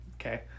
Okay